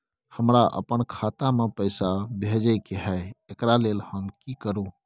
हमरा अपन खाता में पैसा भेजय के है, एकरा लेल हम की करू?